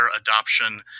adoption